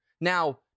Now